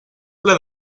ple